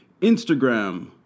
Instagram